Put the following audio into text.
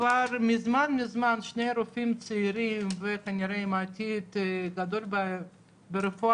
שכבר מזמן מזמן שני רופאים צעירים וכנראה עם עתיד גדול ברפואה,